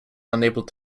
unable